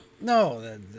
No